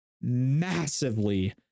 massively